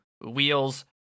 wheels